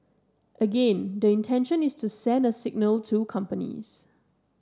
again the intention is to send a signal to companies